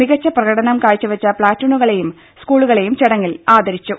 മികച്ച പ്രകടനം കാഴ്ചവെച്ച പ്ലാറ്റൂണുകളേയും സ്കൂളുകളേയും ചടങ്ങിൽ ആദരിച്ചു